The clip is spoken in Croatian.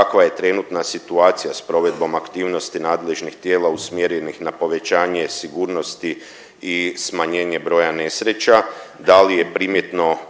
kakva je trenutna situacija s provedbom aktivnosti nadležnih tijela usmjerenih na povećanje sigurnosti i smanjenje broja nesreća. Da li je primjetno